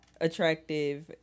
attractive